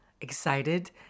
excited